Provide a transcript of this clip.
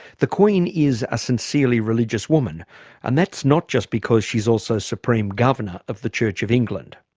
the queen is a sincerely religious woman and that's not just because she's also supreme governor of the church of england.